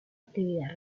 actividad